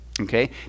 okay